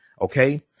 Okay